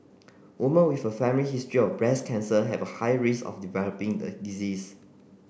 woman with a family history of breast cancer have a higher risk of developing the disease